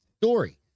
story